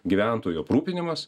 gyventojų aprūpinimas